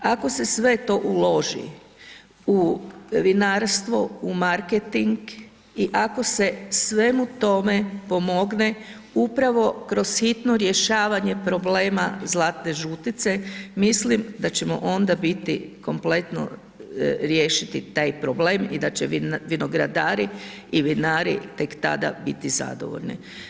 Ako se sve to uloži u vinarstvo, u marketing i ako se svemu tome pomogne upravo kroz hitno rješavanje problema zlatne žutice, mislim da ćemo onda biti kompletno riješiti taj problem i da će vinogradari i vinari tek tada biti zadovoljni.